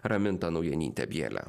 raminta naujanytė bjele